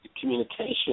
communication